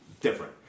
different